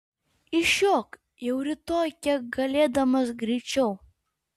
išjok jau rytoj kiek galėdamas greičiau